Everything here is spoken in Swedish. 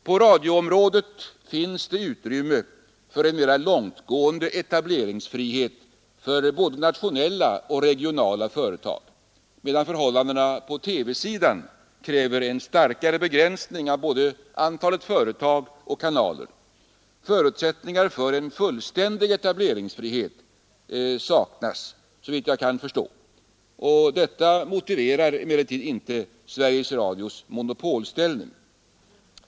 På radioområdet finns utrymme för en mera långtgående etableringsfrihet för både nationella och regionala företag, medan förhållandena på TV-sidan kräver en starkare begränsning av både antalet företag och kanaler. Förutsättningar för en fullständig etableringsfrihet saknas, såvitt jag kan bedöma, men detta motiverar inte Sveriges Radios monopolställning.